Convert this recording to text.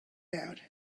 out